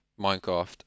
Minecraft